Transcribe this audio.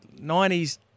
90s